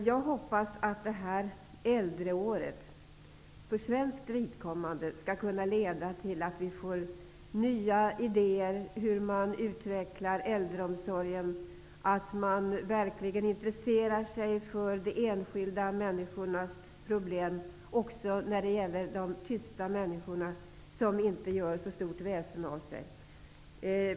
Jag hoppas att detta äldreår för svenskt vidkommande skall leda till att vi får nya idéer om hur äldreomsorgen skall utvecklas, att vi verkligen intresserar oss för de enskilda människornas problem. Det gäller även de tysta människorna, som inte gör så stort väsen av sig.